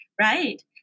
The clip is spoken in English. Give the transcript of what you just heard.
right